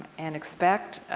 and expect